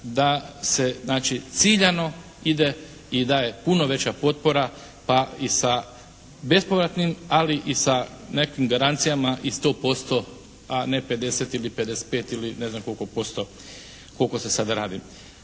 znači ciljano ide i daje puno veća potpora pa i sa bespovratnim, ali i sa nekim garancijama i 100%, a ne 50 ili 55 ili ne znam